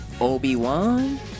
Obi-Wan